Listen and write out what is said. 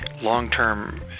long-term